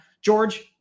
George